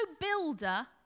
builder